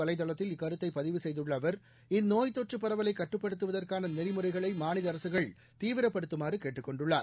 வலைதளத்தில் இக்கருத்தைபதிவு செய்துள்ளஅவர் சமுக இந்தநோய்த்தொற்றுபரவலைக் கட்டுப்படுத்துவதற்கானநெறிமுறைகளைமாநிலஅரசுகள் தீவிரப்படுத்துமாறுகேட்டுக் கொண்டுள்ளார்